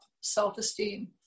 self-esteem